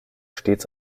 stets